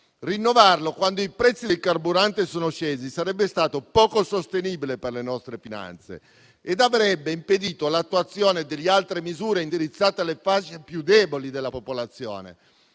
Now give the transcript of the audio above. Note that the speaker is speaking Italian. Rinnovarlo quando i prezzi dei carburanti sono scesi sarebbe stato poco sostenibile per le nostre finanze ed avrebbe impedito l'attuazione di altre misure indirizzate alle fasce più deboli della popolazione,